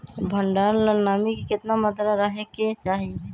भंडारण ला नामी के केतना मात्रा राहेके चाही?